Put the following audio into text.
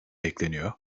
bekleniyor